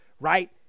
right